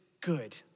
good